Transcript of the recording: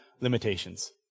limitations